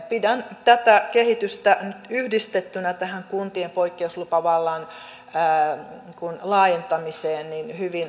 pidän tätä kehitystä yhdistettynä tähän kuntien poikkeuslupavallan laajentamiseen hyvin huolestuttavana